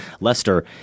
Lester –